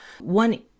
One